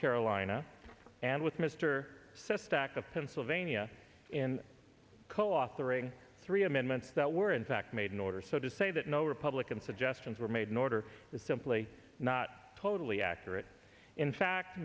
carolina and with mr sestak of pennsylvania and co authoring three amendments that were in fact made in order so to say that no republican suggestions were made in order is simply not totally accurate in fact